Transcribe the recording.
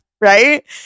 right